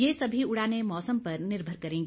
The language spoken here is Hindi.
ये सभी उड़ानें मौसम पर निर्भर करेंगी